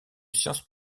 sciences